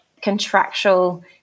contractual